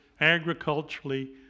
agriculturally